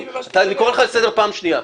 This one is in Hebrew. אני קורא לך לסדר פעם שנייה.